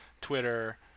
Twitter